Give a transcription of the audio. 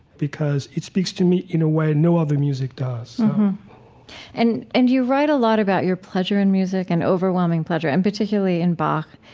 because it speaks to me in a way and no other music does and and you write a lot about your pleasure in music, an and overwhelming pleasure, and particularly in bach.